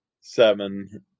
seven